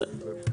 בסדר.